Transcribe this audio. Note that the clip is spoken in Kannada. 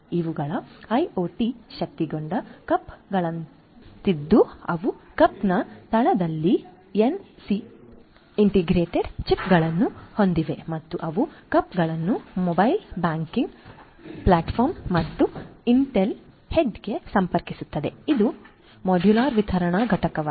ಇವುಗಳು ಐಒಟಿ ಶಕ್ತಗೊಂಡ ಕಪ್ಗಳಂತಿದ್ದು ಅವು ಕಪ್ನ ತಳದಲ್ಲಿ ಎನ್ಎಫ್ಸಿ ಇಂಟಿಗ್ರೇಟೆಡ್ ಚಿಪ್ಗಳನ್ನು ಹೊಂದಿವೆ ಮತ್ತು ಅವು ಕಪ್ಗಳನ್ನು ಮೊಬೈಲ್ ಬ್ಯಾಂಕಿಂಗ್ ಪ್ಲಾಟ್ಫಾರ್ಮ್ ಮತ್ತು ಇಂಟೆಲ್ಲಿಹೆಡ್ಗೆ ಸಂಪರ್ಕಿಸುತ್ತವೆ ಇದು ಮಾಡ್ಯುಲರ್ ವಿತರಣಾ ಘಟಕವಾಗಿದೆ